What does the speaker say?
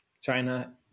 China